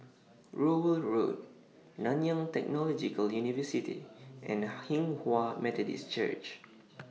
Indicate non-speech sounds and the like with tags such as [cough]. Rowell Road Nanyang Technological University [noise] and Hinghwa Methodist Church